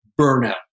burnout